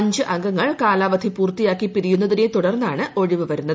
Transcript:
അഞ്ച് അംഗങ്ങൾ കാലാവധി പൂർത്തിയാക്കി പിരിയുന്നതിനെ തുടർന്നാണ് ഒഴിവ് വരുന്നത്